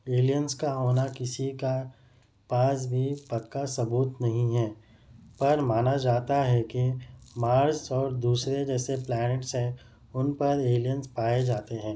aliens کا ہونا کسی کا پاس بھی پکا ثبوت نہیں ہے پر مانا جاتا ہے کہ مارس اور دوسرے جیسے پلانیٹس ہیں ان پر ایلینس پائے جاتے ہیں